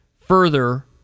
further